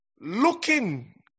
looking